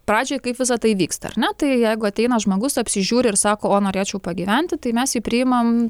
pradžioj kaip visa tai vyksta ar ne tai jeigu ateina žmogus apsižiūri ir sako o norėčiau pagyventi tai mes jį priimam